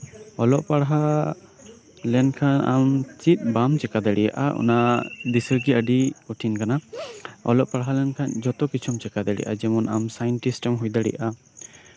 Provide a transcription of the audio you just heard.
ᱚᱞᱚᱜ ᱯᱟᱲᱦᱟᱣ ᱞᱮᱱᱠᱷᱟᱱ ᱟᱢ ᱪᱮᱫ ᱵᱟᱢ ᱪᱤᱠᱟᱹ ᱫᱟᱲᱮᱭᱟᱜᱼᱟ ᱚᱱᱟ ᱫᱤᱥᱟᱹ ᱜᱮ ᱟᱹᱰᱤ ᱠᱚᱴᱷᱤᱱ ᱠᱟᱱᱟ ᱚᱞᱚᱜ ᱯᱟᱲᱦᱟᱣ ᱞᱮᱱᱠᱷᱟᱱ ᱡᱚᱛᱚ ᱠᱤᱪᱷᱩᱢ ᱪᱤᱠᱟᱹ ᱫᱟᱲᱮᱭᱟᱜᱼᱟ ᱡᱮᱢᱚᱱ ᱟᱢ ᱥᱟᱭᱮᱱᱥᱴᱤᱥᱴ ᱮᱢ ᱦᱩᱭ ᱫᱟᱲᱮᱭᱟᱜᱼᱟ